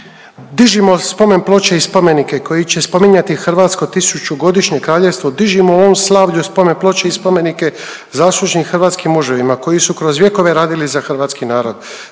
Dižimo spomen ploče i spomenike koji će spominjati hrvatsko tisućgodišnje kraljevstvo, dižimo ovom slavlju spomen ploče i spomenike zaslužnim hrvatskim muževima koji su kroz vjekove radili za hrvatski narod.